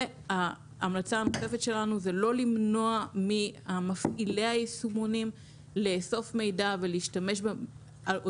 ההמלצה הנוספת שלנו זה לא למנוע ממפעילי היישומונים לאסוף מידע אודות